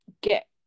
get